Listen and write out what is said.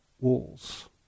walls